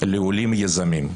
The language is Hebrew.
לעולים יזמים.